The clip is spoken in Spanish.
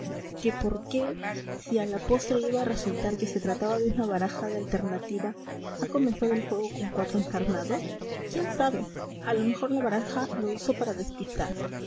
que por qué si a la postre iba a resultar que se trataba de una baraja de alternativa ha comenzado el juego con cuatro encarnados quién sabe a lo mejor la baraja lo hizo para despistar